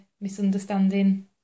misunderstanding